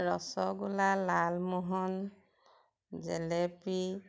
rasgulla lalmohan jalebi